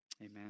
Amen